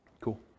Cool